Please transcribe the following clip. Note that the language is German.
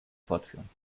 fortführen